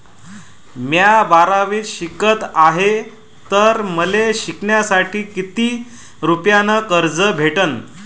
म्या बारावीत शिकत हाय तर मले शिकासाठी किती रुपयान कर्ज भेटन?